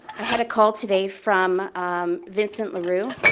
i had a call today from vincent lareau,